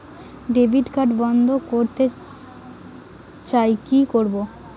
Debit card বন্ধ করতে চাই কি করব?